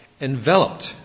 enveloped